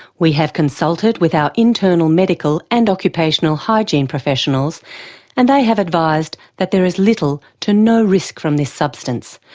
we have consulted with our internal medical and occupational hygiene professionals and they have advised that there is little to no risk from this substance.